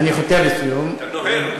אני חותר לסיום, אתה נוהר לסיום.